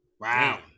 Wow